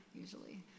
usually